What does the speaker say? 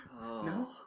no